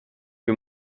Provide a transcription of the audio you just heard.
que